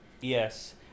Yes